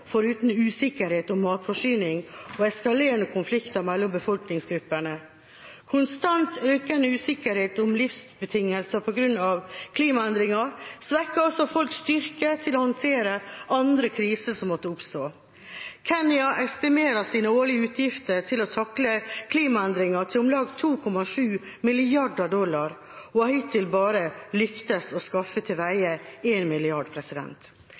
foruten usikkerhet om matforsyningen og eskalerende konflikter mellom befolkningsgrupper. Konstant økende usikkerhet om livsbetingelser på grunn av klimaendringer svekker også folks styrke til å håndtere andre kriser som måtte oppstå. Kenya estimerer sine årlige utgifter til å takle klimaendringer til omkring 2,7 milliarder dollar, og har hittil bare lyktes i å skaffe til veie 1 milliard.»